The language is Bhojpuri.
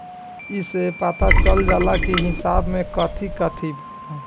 एसे पता चल जाला की हिसाब में काथी काथी बा